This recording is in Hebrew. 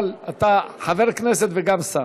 אבל אתה חבר כנסת וגם שר.